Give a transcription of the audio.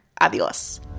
Adios